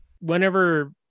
whenever